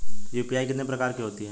UPI कितने प्रकार की होती हैं?